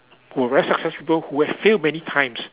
who were very success people who have failed many times